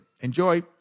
Enjoy